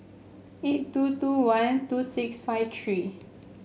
eight two two one two six five three